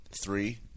three